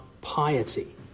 piety